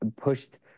pushed